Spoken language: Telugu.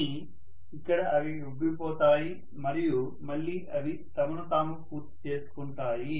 కానీ ఇక్కడ అవి ఉబ్బిపోతాయి మరియు మళ్ళీ అవి తమను తాము పూర్తి చేసుకుంటాయి